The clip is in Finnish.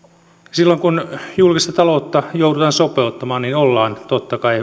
silloin kun julkista taloutta joudutaan sopeuttamaan ollaan totta kai